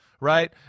Right